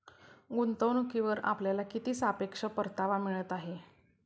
गुंतवणूकीवर आपल्याला किती सापेक्ष परतावा मिळत आहे?